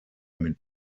mit